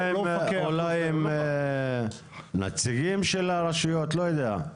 לא, אולי עם נציגים של הרשויות, לא יודע.